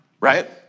right